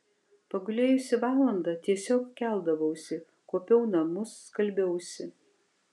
pagulėjusi valandą tiesiog keldavausi kuopiau namus skalbiausi